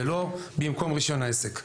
זה לא במקום רישיון העסק.